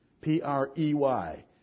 P-R-E-Y